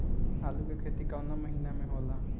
आलू के खेती कवना महीना में होला?